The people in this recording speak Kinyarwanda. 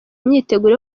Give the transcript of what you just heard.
myiteguro